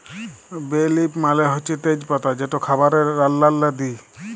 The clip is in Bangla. বে লিফ মালে হছে তেজ পাতা যেট খাবারে রাল্লাল্লে দিই